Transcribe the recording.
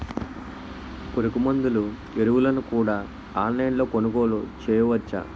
పురుగుమందులు ఎరువులను కూడా ఆన్లైన్ లొ కొనుగోలు చేయవచ్చా?